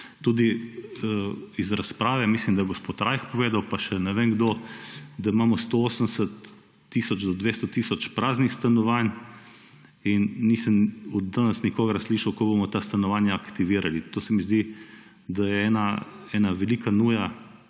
Tudi iz razprave, mislim, da je gospod Rajh povedal, pa še ne vem kdo, da imamo 180 tisoč do 200 tisoč praznih stanovanj, in nisem od danes nikogar slišal, kako bomo ta stanovanja aktivirali. To se mi zdi, da je ena velika nuja,